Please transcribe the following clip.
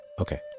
Okay